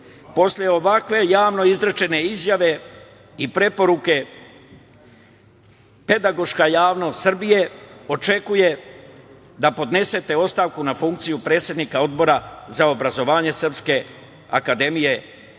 posle ovakve javno izrečene izjave i preporuke, pedagoška javnost Srbije očekuje da podnesete ostavku na funkciju predsednika Odbora za obrazovanje SANU, a ja u srpske